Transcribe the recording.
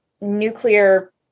nuclear